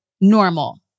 normal